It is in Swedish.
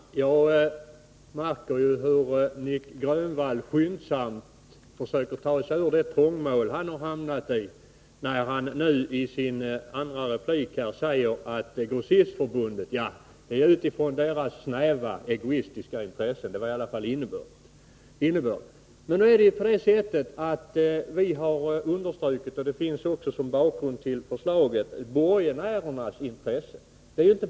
Herr talman! Jag märker hur Nic Grönvall skyndsamt försöker ta sig ur det trångmål som han hamnade i, när han i sin andra replik sade att Grossistförbundet handlar utifrån sina snäva ekonomiska intressen. Det var i alla fall innebörden av hans replik. Vi har emellertid understrukit — det finns även såsom bakgrund till förslaget — borgenärernas intressen.